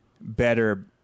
better